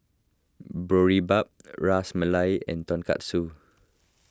Boribap Ras Malai and Tonkatsu